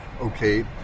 okay